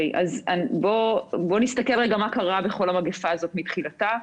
בואו נסתכל מה קרה בכל המגפה הזאת מתחילתה.